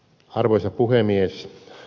arvoisa puhemies